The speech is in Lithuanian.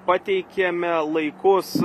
pateikėme laikus